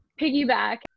piggyback